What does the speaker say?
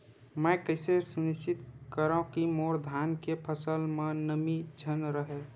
मैं कइसे सुनिश्चित करव कि मोर धान के फसल म नमी झन रहे?